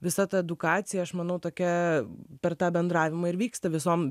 visa ta edukacija aš manau tokia per tą bendravimą ir vyksta visom